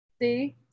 See